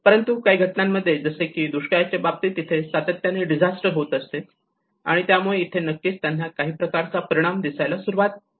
परंतु काही घटनांमध्ये जसे की दुष्काळाच्या बाबतीत इथे सातत्याने डिझास्टर होत असते आणि त्यामुळे इथे नक्कीच त्यांना काही प्रकारचा परिणाम दिसायला सुरुवात झालेली असते